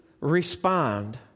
respond